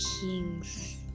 kings